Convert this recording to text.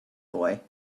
boy